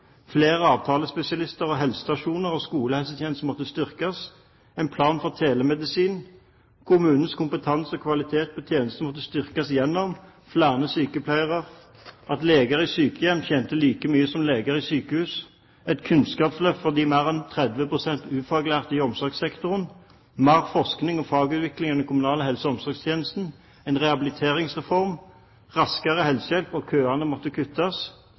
flere avtalespesialister, og helsestasjonene og skolehelsetjenesten må styrkes. Vi må ha en plan for telemedisin. Kommunenes kompetanse og kvalitet på tjenestene må styrkes gjennom: a) flere sykepleiere b) at leger i sykehjem tjener like mye som leger i sykehus c) kunnskapsløft for de mer enn 30 pst. ufaglærte i omsorgssektoren d) mer forskning og fagutvikling i den kommunale helse- og omsorgstjenesten. Vi må få en rehabiliteringsreform. Det må være raskere helsehjelp, og